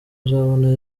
uzabona